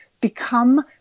become